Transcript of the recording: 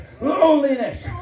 loneliness